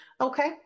okay